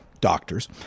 doctors